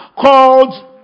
called